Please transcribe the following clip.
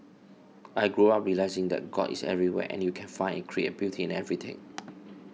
I grew up realising that God is everywhere and you can find and create beauty in everything